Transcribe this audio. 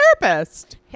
therapist